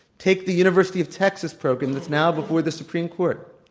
take the university of texas program that's now before the supreme court.